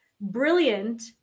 brilliant